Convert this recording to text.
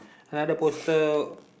another poster